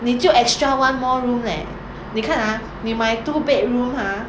你就 extra one more room leh 你看 ah 你买 two bedroom ah